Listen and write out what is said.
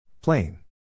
Plain